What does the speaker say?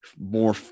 more